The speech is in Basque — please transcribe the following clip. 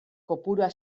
kopurua